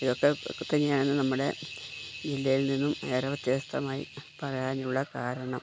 ഇതൊക്കെത്തന്നെയാണ് നമ്മുടെ ജില്ലയിൽ നിന്നും ഏറെ വ്യത്യസ്തമായി പറയാനുള്ള കാരണം